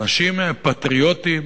אנשים פטריוטים